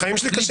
החיים שלי קשים.